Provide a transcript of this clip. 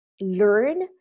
learn